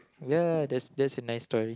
ya that's that's a nice story